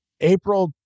April